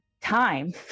time